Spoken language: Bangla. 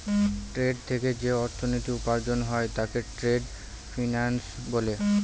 ট্রেড থেকে যে অর্থনীতি উপার্জন হয় তাকে ট্রেড ফিন্যান্স বলে